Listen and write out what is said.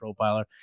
profiler